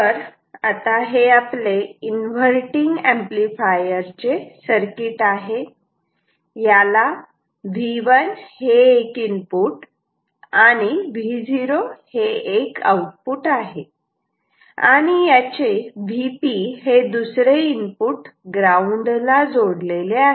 तर हे आपले इन्व्हर्टटिंग एंपलीफायर चे सर्किट आहे याला V1 हे एक इनपुट Vo हे एक आउटपुट आहे आणि याचे Vp हे दुसरे इनपुट ग्राऊंड ला जोडलेले आहे